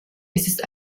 ist